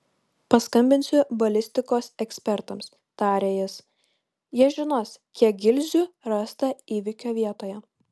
paskambinsiu balistikos ekspertams tarė jis jie žinos kiek gilzių rasta įvykio vietoje